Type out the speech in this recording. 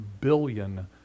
billion